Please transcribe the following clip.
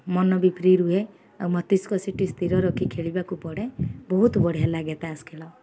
ମନ ବି ଫ୍ରି ରୁହେ ଆଉ ମସ୍ତିଷ୍କ ସେଠି ସ୍ଥିର ରଖି ଖେଳିବାକୁ ପଡ଼େ ବହୁତ ବଢ଼ିଆ ଲାଗେ ତାସ ଖେଳ